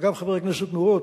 אגב נורות,